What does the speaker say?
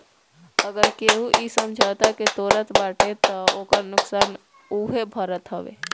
अगर केहू इ समझौता के तोड़त बाटे तअ ओकर नुकसान उहे भरत हवे